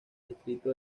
distrito